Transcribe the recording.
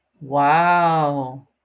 Wow